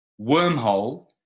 wormhole